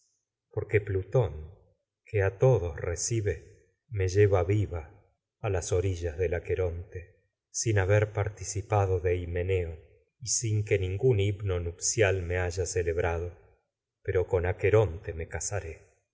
porque plutón que a todos recibe me lleva viva a las orillas del aqueronque te sin haber participado de himeneo y sin himno ningún nupcial me haya celebrado pero con aqueronte me casaré